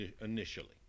initially